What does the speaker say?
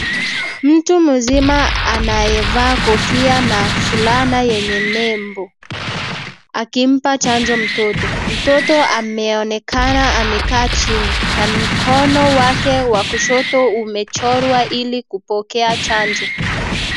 Mtu mzima anayevaa kofia na fulana yenye nembo akimpa chanjo mtoto mtoto ameonekana amekaa chini na mkono wake wa kushoto umechorwa ili kupokea chanjo.